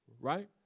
Right